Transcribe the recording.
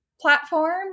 platform